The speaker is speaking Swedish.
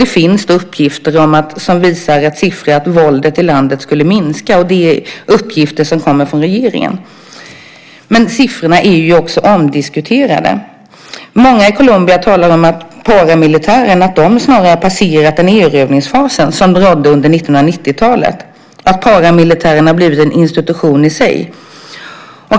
Det finns siffror som visar att våldet i landet skulle minska; dessa uppgifter kommer från regeringen. Men siffrorna är också omdiskuterade. Många i Colombia menar att paramilitären snarare har passerat den erövringsfas som rådde under 1990-talet och blivit en institution i sig.